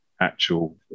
actual